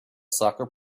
soccer